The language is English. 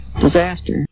disaster